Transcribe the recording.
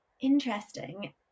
Interesting